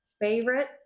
favorite